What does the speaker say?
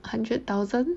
hundred thousand